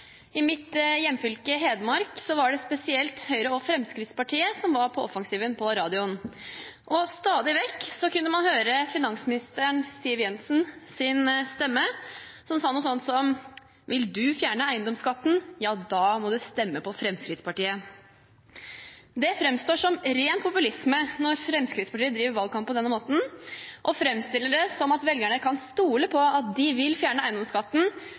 I mitt hjemfylke, Hedmark, var det spesielt Høyre og Fremskrittspartiet som var på offensiven i radio. Stadig vekk kunne man høre finansminister Siv Jensens stemme som sa noe slikt som at hvis du vil fjerne eiendomsskatten, må du stemme på Fremskrittspartiet. Det framstår som ren populisme når Fremskrittspartiet driver valgkamp på denne måten, og framstiller det som at velgerne kan stole på at de vil fjerne eiendomsskatten,